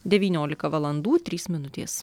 devyniolika valandų trys minutės